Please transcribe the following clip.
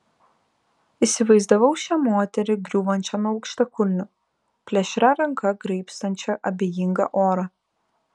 įsivaizdavau šią moterį griūvančią nuo aukštakulnių plėšria ranka graibstančią abejingą orą